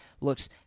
looks